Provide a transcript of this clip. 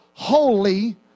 holy